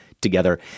together